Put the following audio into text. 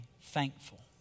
thankful